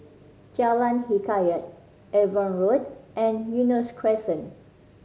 Jalan Hikayat Avon Road and Eunos Crescent